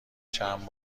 چند